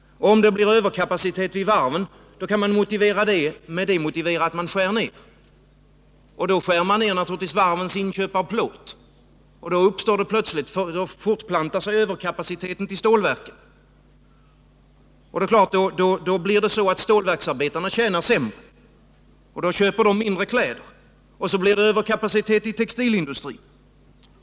Och om det blir överkapacitet vid varven, kan man med den motivera att man skär ner verksamheten där. Då skär man naturligtvis också ner varvens inköp av plåt, varigenom överkapaciteten fortplantar sig till stålverken. Då är det klart att stålverksarbetarna tjänar sämre, och då köper de inte så mycket kläder som förut, och så blir det överkapacitet i textilindustrin.